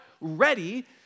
ready